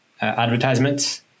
advertisements